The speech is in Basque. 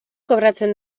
kobratzen